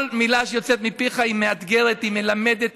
כל מילה שיוצאת מפיך היא מאתגרת, היא מלמדת.